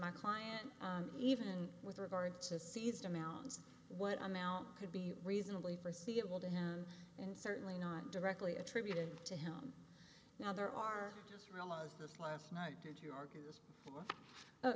my client even with regard to seized amounts what amount could be reasonably forseeable to him and certainly not directly attributed to him now there are just realize this last night did you